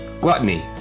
gluttony